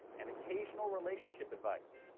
and occasional relationship advice.